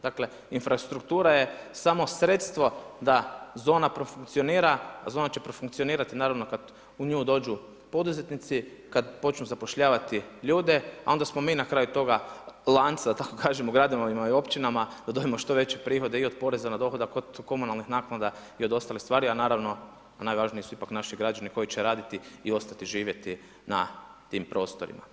Dakle, infrastruktura je samo sredstvo da zona profunkcionira, a zona će profunkcionirati, naravno kad u nju dođu poduzetnici, kad počnu zapošljavati ljude, a onda smo mi na kraju toga lanca, da tako kažem u gradovima i općinama, da dobijemo što veće prihode i od poreze na dohodak od komunalnih naknada i od ostalih stvari, a naravno, a najvažniji su ipak naši građani koji će raditi i ostati živjeti na tim prostorima.